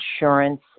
insurance